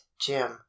jim